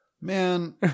man